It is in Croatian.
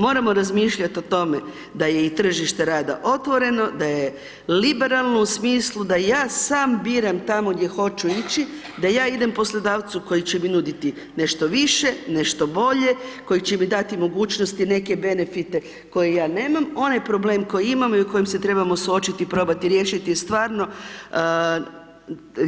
Moramo razmišljati o tome da je i tržište rada otvoreno, da je liberalno u smislu, da ja sam biram tamo gdje hoću ići, da ja idem poslodavcu koji će mi nuditi nešto više, nešto bolje, koji će mi dati mogućnosti, neke benefite koje ja nemam, onaj problem koji imam, i koji se trebamo suočiti i probati riješiti je stvarno